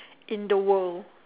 in the world